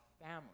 family